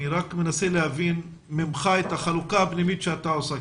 אני רק מנסה להבין ממך את החלוקה הפנימית שאתה עושה.